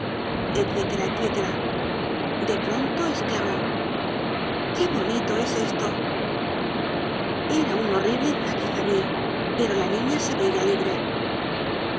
etc etc de pronto esclamó qué bonito es esto era un horrible zaquizamí pero la niña se veia libre